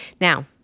Now